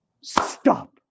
Stop